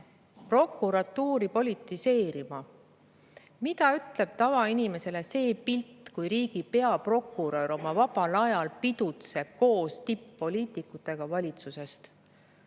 prokuratuuri politiseerima. Mida ütleb tavainimesele see pilt, kui riigi peaprokurör oma vabal ajal pidutseb koos tipp-poliitikutega valitsusest?